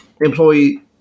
employee